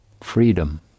freedom